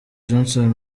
johnson